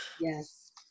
Yes